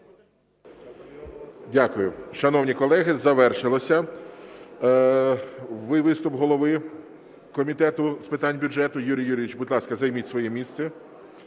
Дякую. Шановні колеги, завершився виступ голови Комітету з питань бюджету. Юрій Юрійович, будь ласка, займіть своє місце.